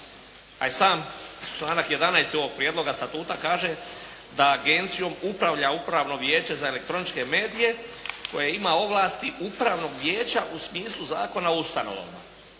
A i sam članak 11. ovoga Prijedloga Statuta kaže da Agencijom upravlja upravno Vijeće za elektroničke medije koje ima ovlasti upravnog Vijeća u smislu Zakona o ustanova.